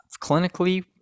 Clinically